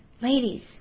Ladies